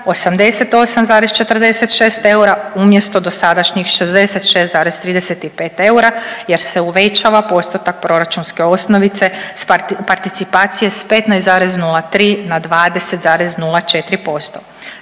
88,46 eura umjesto dosadašnjih 66,35 eura jer se uvećava postotak proračunske osnovice participacije sa 15,03 na 20,04%.